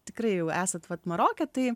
tikrai jau esat vat maroke tai